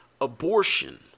abortion